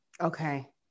okay